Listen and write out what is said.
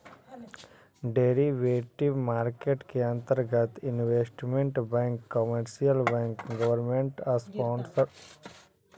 derivative market के अंतर्गत investment bank commercial bank government sponsored enterprises इत्यादि सम्मिलित होवऽ हइ